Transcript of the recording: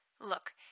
Look